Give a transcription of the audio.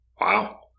Wow